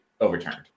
overturned